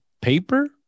paper